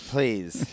Please